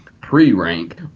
pre-rank